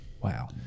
Wow